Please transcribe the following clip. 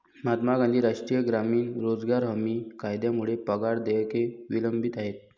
महात्मा गांधी राष्ट्रीय ग्रामीण रोजगार हमी कायद्यामुळे पगार देयके विलंबित आहेत